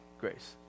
grace